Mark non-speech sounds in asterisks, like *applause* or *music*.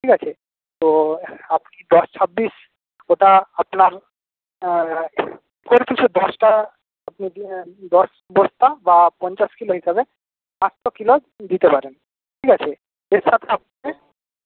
ঠিক আছে তো আপনি দশ ছাব্বিশ ওটা আপনার *unintelligible* পিছু দশটা যদি নেন দশ দশটা বা পঞ্চাশ কিলো হিসাবে পাঁচশো কিলো দিতে পারেন ঠিক আছে এর সাথে আপনাকে